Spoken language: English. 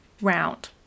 round